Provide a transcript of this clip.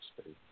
space